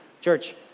Church